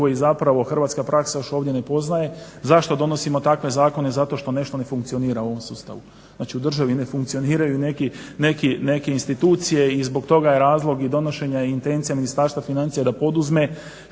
koji zapravo hrvatska praksa još ovdje ne poznaje. Zašto donosimo takve zakone? Zato što nešto ne funkcionira u ovom sustavu. Znači u državi ne funkcioniraju neke institucije i zbog toga je razlog i donošenja i intencija Ministarstva financija da poduzme